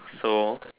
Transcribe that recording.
so